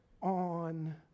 On